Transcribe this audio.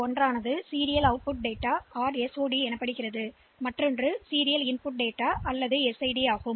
ஒன்று சீரியல் வெளியீட்டு டேட்டா அல்லது SOD மற்றொன்று தொடர் உள்ளீட்டு டேட்டா அல்லது SID ஆகும்